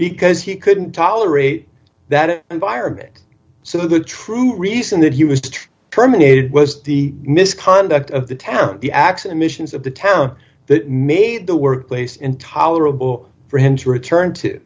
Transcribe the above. because he couldn't tolerate that it environment so the true reason that he was to terminated was the misconduct of the town the axe emissions of the town that made the workplace intolerable for him to return to